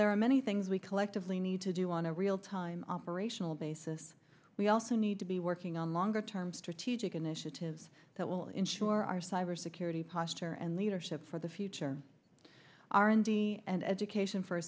there are many things we collectively need to do on a real time operational basis we also need to be working on longer term strategic initiatives that will ensure our cyber security posture and leadership for the future r and d and education f